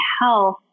health